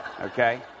Okay